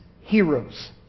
heroes